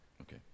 Okay